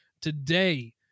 today